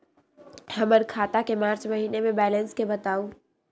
हमर खाता के मार्च महीने के बैलेंस के बताऊ?